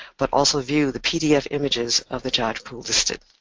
but also view the pdf images of the jiapu listed.